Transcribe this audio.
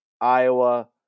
Iowa